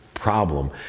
problem